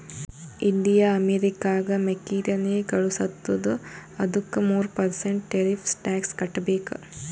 India ಅಮೆರಿಕಾಗ್ ಮೆಕ್ಕಿತೆನ್ನಿ ಕಳುಸತ್ತುದ ಅದ್ದುಕ ಮೂರ ಪರ್ಸೆಂಟ್ ಟೆರಿಫ್ಸ್ ಟ್ಯಾಕ್ಸ್ ಕಟ್ಟಬೇಕ್